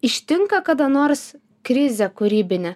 ištinka kada nors krizė kūrybinė